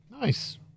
Nice